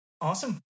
Awesome